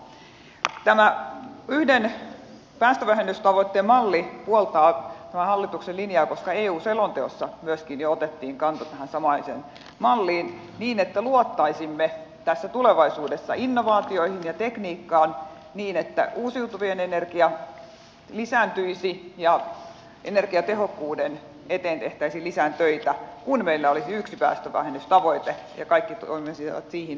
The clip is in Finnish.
tämä yhden päästövähennystavoitteen malli puoltaa tämän hallituksen linjaa koska myöskin eu selonteossa jo otettiin kanta tähän samaiseen malliin niin että tässä luottaisimme tulevaisuudessa innovaatioihin ja tekniikkaan niin että uusiutuva energia lisääntyisi ja energiatehokkuuden eteen tehtäisiin lisää töitä kun meillä olisi yksi päästövähennystavoite ja kaikki toimisivat siihen suuntaan